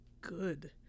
good